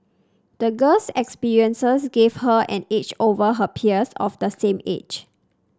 the girl's experiences gave her an edge over her peers of the same age